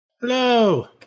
Hello